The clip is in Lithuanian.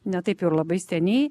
ne taip ir labai seniai